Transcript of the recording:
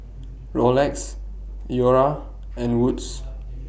Rolex Iora and Wood's